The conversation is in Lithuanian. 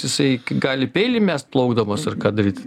jisai gali peilį mest plaukdamas ar ką daryt